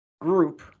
group